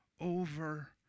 over